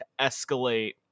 escalate